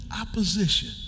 opposition